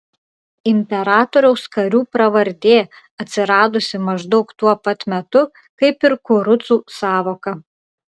imperatoriaus karių pravardė atsiradusi maždaug tuo pat metu kaip ir kurucų sąvoka